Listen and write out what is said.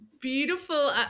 beautiful